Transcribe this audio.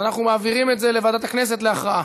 אז אנחנו מעבירים את זה לוועדת הכנסת להכרעה.